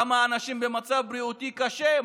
כמה אנשים במצב בריאותי קשה,